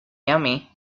yummy